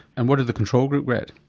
and what did the control group get?